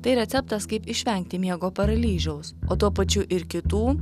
tai receptas kaip išvengti miego paralyžiaus o tuo pačiu ir kitų